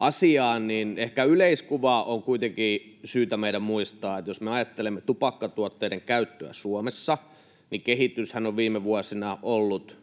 asiaan, niin ehkä yleiskuva on kuitenkin syytä meidän muistaa: Jos me ajattelemme tupakkatuotteiden käyttöä Suomessa, niin kehityshän on viime vuosina ollut